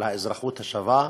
על האזרחות השווה,